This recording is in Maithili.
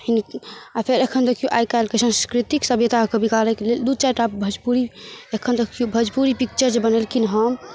आओर फेर एखन देखियौ आइकाल्हिके साँस्कृतिक सभ्यताके बिगाड़ैके लेल दू चारिटा भोजपुरी एखन तऽ देखियौ भोजपुरी पिक्चर जे बनेलखिन हँ